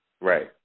Right